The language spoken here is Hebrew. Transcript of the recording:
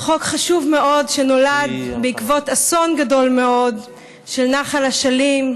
זה חוק חשוב מאוד שנולד בעקבות אסון גדול מאוד בנחל אשלים,